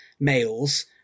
males